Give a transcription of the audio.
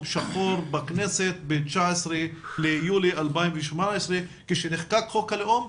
שחור בכנסת ב-19 ביולי 2018 כשנחקק חוק הלאום,